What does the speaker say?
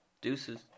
Deuces